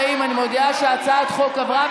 40. אני מודיעה שהצעת החוק עברה,